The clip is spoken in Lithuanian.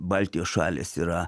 baltijos šalys yra